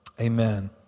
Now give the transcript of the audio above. Amen